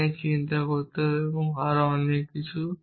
তা নিয়ে চিন্তা করতে হবে এবং আরও অনেক কিছু